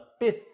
fifth